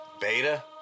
Beta